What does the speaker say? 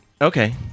Okay